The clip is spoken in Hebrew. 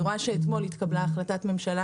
אני רואה שאתמול התקבלה החלטת ממשלה